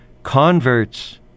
Converts